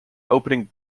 opening